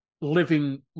living